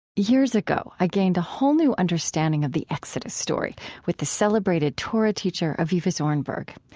years ago, i gained a whole new understanding of the exodus story with the celebrated torah teacher avivah zornberg.